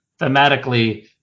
thematically